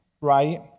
right